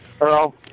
Earl